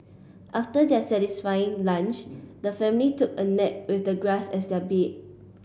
after their satisfying lunch the family took a nap with the grass as their bed